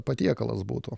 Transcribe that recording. patiekalas būtų